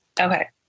Okay